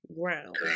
ground